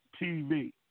TV